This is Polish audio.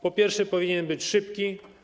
Po pierwsze, powinien być szybki.